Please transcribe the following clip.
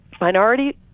Minority